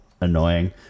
annoying